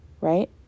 right